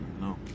No